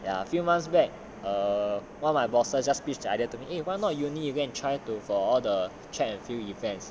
ya a few months back err one of my bosses just speak the idea to me eh why not uni you go and try do for all the track and field events